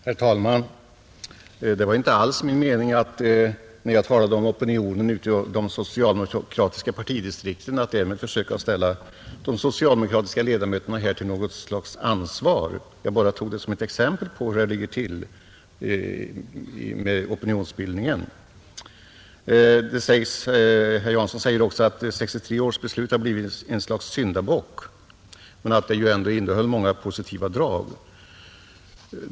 Herr talman! Det var inte alls min mening, när jag talade om opinionen ute i de socialdemokratiska partidistrikten, att därmed försöka ställa de socialdemokratiska ledamöterna här till något slags ansvar. Jag bara tog det som ett exempel på hur det ligger till med opinionsbildningen. Herr Jansson säger att 1963 års beslut har blivit ett slags syndabock, men att det ändå har positiva drag.